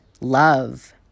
love